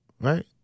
right